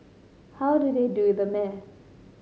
how do they do the math